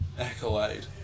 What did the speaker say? accolade